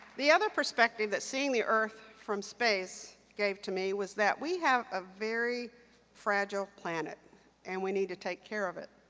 the other perspective that seeing the earth from space gave to me was that we have a very fragile planet and we need to take care of it.